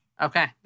Okay